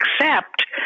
accept